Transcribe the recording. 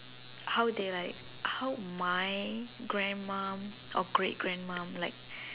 how they like how my grandmum or great grandmum like